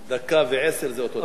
דקה ועשר דקות זה אותו דבר.